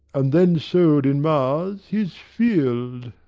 and then sow'd in mars his field,